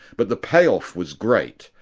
but the pay-off was great.